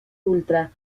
ultra